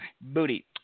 Booty